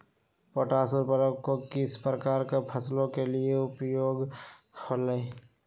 Potash उर्वरक को किस प्रकार के फसलों के लिए उपयोग होईला?